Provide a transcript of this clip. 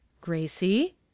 Gracie